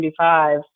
1995